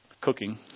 cooking